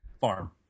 farm